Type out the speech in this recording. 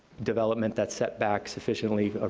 development that's set back sufficiently,